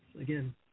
Again